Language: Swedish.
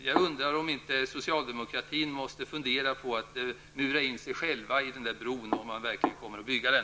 Jag undrar om inte socialdemokratin måste fundera på att mura in sig själv i den där bron, om man verkligen kommer att bygga den.